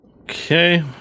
Okay